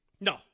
No